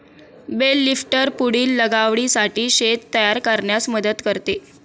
bell lifter पुढील लागवडीसाठी शेत तयार करण्यास मदत करते